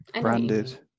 branded